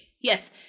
Yes